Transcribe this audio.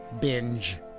binge